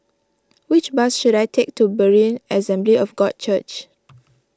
which bus should I take to Berean Assembly of God Church